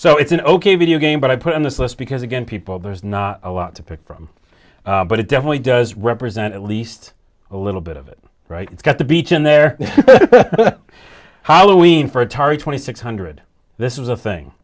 so it's an ok video game but i put on this list because again people there's not a lot to pick from but it definitely does represent at least a little bit of it right it's got the beach in there how do we mean for atari twenty six hundred this is a thing